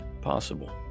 possible